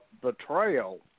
Betrayal